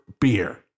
beer